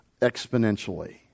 exponentially